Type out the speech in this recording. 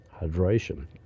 hydration